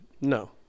No